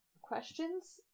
questions